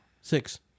six